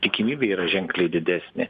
tikimybė yra ženkliai didesnė